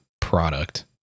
product